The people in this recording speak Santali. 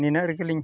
ᱱᱤᱱᱟᱹᱜ ᱨᱮᱜᱮᱞᱤᱧ